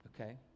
Okay